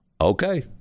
Okay